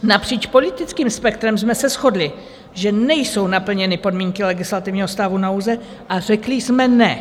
Napříč politickým spektrem jsme se shodli, že nejsou naplněny podmínky legislativního stavu nouze, a řekli jsme ne.